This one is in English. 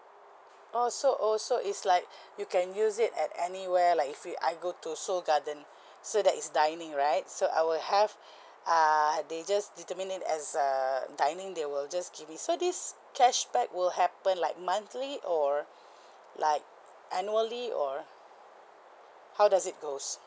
orh so oh so it's like you can use it at anywhere like if y~ I go to seoul garden so that is dining right so I will have err they just determine it as err dining they will just give me so this cashback will happen like monthly or like annually or how does it goes